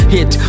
Hit